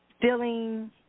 Feeling